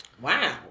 Wow